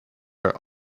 are